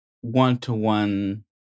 one-to-one